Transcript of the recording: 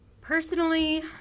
Personally